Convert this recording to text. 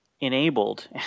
enabled